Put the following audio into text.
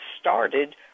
started